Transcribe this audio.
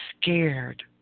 scared